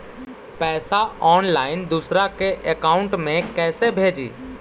पैसा ऑनलाइन दूसरा के अकाउंट में कैसे भेजी?